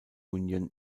union